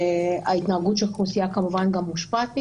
שההתנהגות של האוכלוסייה כמובן גם מושפעת מכך,